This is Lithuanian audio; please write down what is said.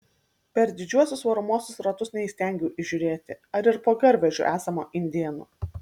per didžiuosius varomuosius ratus neįstengiau įžiūrėti ar ir po garvežiu esama indėnų